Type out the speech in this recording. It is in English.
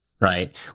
right